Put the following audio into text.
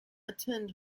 attend